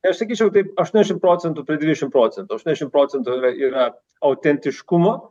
aš sakyčiau taip aštuoniašim procentų dvidešim procentų aštuoniašim procentų yra yra autentiškumo